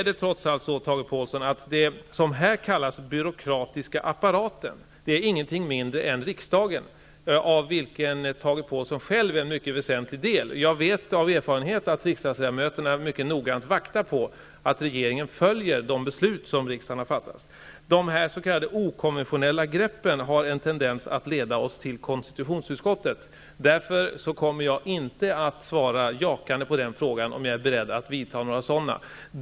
Det som Tage Påhlsson kallar ''byråkratiska apparater'' är ingenting mindre än riksdagen, av vilken Tage Påhlsson själv är en mycket väsentlig del. Jag vet av erfarenhet att riksdagsledamöterna mycket noggrant vaktar på att regeringen följer de beslut som riksdagen har fattat. De s.k. okonventionella greppen har en tendens att leda oss till konstitutionsutskottet. Därför kommer jag inte att svara jakande på frågan om jag är beredd att vidta några sådana.